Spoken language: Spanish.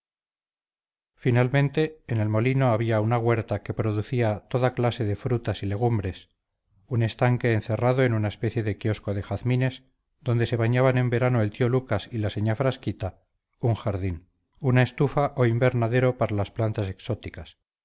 finalmente en el molino había una huerta que producía toda clase de frutas y legumbres un estanque encerrado en una especie de quiosco de jazmines donde se bañaban en verano el tío lucas y la señá frasquita un jardín una estufa o invernadero para las plantas exóticas